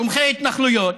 תומכי ההתנחלויות,